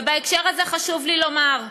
ובהקשר הזה חשוב לי לומר,